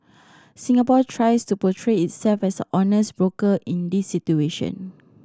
Singapore tries to portray itself as an honest broker in these situation